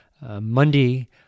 Monday